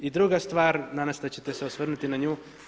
I druga stvar, nadam se da ćete se osvrnuti na nju.